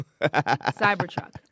Cybertruck